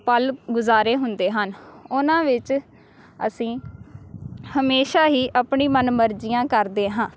ਪਲ ਗੁਜ਼ਾਰੇ ਹੁੰਦੇ ਹਨ ਉਨ੍ਹਾਂ ਵਿੱਚ ਅਸੀਂ ਹਮੇਸ਼ਾਂ ਹੀ ਆਪਣੀ ਮਨਮਰਜੀਆਂ ਕਰਦੇ ਹਾਂ